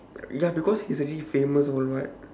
ya because he very famous [one] [what]